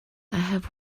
have